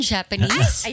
Japanese